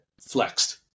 flexed